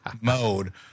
mode